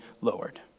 lowered